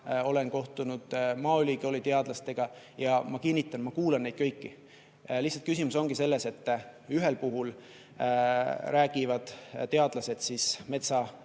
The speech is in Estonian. olen kohtunud ka Maaülikooli teadlastega. Ma kinnitan: ma kuulan neid kõiki. Lihtsalt küsimus ongi selles, et ühel puhul räägivad teadlased metsa